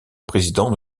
président